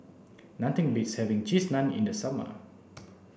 nothing beats having cheese naan in the summer